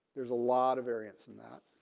there's a lot of variance in that